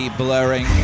blurring